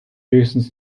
höchstens